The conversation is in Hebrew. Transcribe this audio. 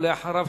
ואחריו,